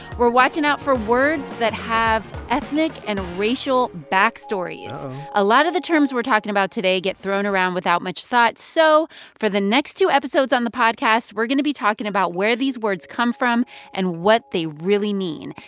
we're watching out for words that have ethnic and racial backstories uh-oh a lot of the terms we're talking about today get thrown around without much thought, so for the next two episodes on the podcast, we're going to be talking about where these words come from and what they really mean.